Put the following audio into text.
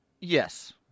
Yes